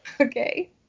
okay